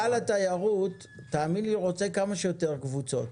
מנכ"ל משרד התיירות רוצה כמה שיותר קבוצות.